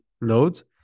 nodes